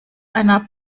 einer